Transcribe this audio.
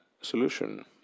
solution